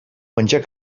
menjar